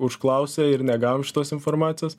užklausė ir negavo šitos informacijos